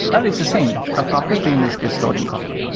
and it's the same. ah kafka stream is just stored in kafka.